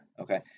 Okay